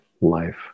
life